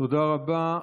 תודה רבה.